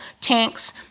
tanks